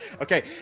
okay